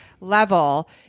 level